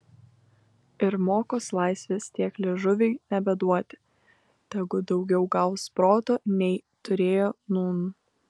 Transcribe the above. ir mokos laisvės tiek liežuviui nebeduoti tegu daugiau gaus proto nei turėjo nūn